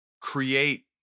create